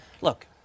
Look